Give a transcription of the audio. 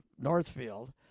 Northfield